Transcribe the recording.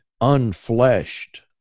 unfleshed